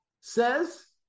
says